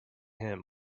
him